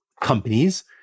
companies